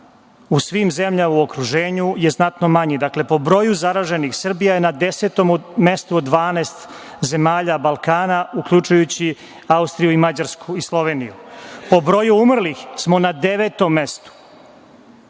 u svim zemljama u okruženju je znatno manji. Dakle, po broju zaraženih Srbija je na 10 mestu od 12 zemalja Balkana, uključujući Austriju, Mađarsku i Sloveniju. Po broju umrlih smo na devetom mestu.